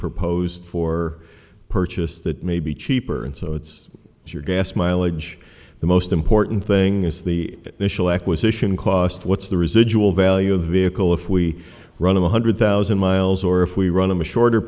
proposed for purchase that may be cheaper and so it's your gas mileage the most important thing is the initial acquisition cost what's the residual value of the vehicle if we run a one hundred thousand miles or if we run him a shorter